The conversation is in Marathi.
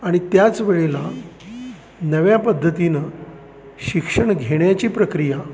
आणि त्याच वेळेला नव्या पद्धतीनं शिक्षण घेण्याची प्रक्रिया